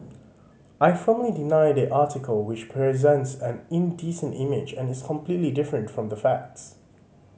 I firmly deny the article which presents an indecent image and is completely different from the facts